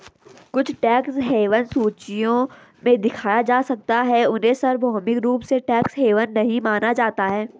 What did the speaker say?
कुछ tax haven सूचियों में दिखाया जा सकता है, उन्हें सार्वभौमिक रूप से टैक्स हेवन नहीं माना जाता है